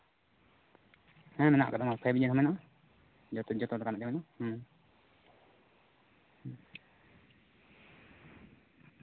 ᱦᱮᱸ ᱢᱮᱱᱟᱜ ᱠᱟᱫᱟ ᱯᱷᱟᱭᱤᱵᱽ ᱡᱤ ᱦᱚᱸ ᱢᱮᱱᱟᱜᱼᱟ ᱡᱚᱛᱚ ᱡᱚᱛᱚ ᱜᱮ